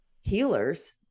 healers